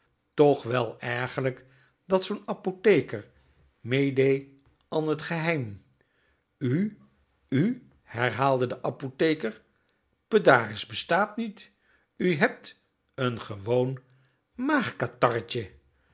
toch wel ergerlijk dat zoo'n apotheker mee dee an t g e h e i m u u herhaalde de apotheker pedaris bestaat niet u hebt n gewoon maagkatarretje